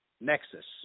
Nexus